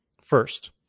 First